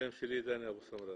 השם שלי דני אבו סמרא,